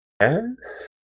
Yes